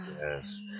yes